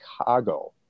Chicago